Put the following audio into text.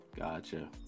gotcha